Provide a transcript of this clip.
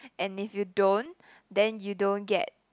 and if you don't then you don't get